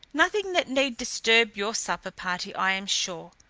nothing that need disturb your supper party, i am sure.